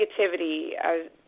negativity